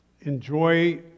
Enjoy